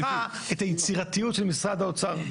היצירתיות של משרד האוצר,